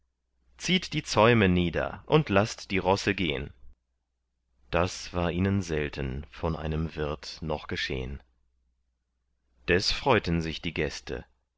zieht die zäume nieder und laßt die rosse gehn das war ihnen selten von einem wirt noch geschehn des freuten sich die gäste